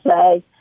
say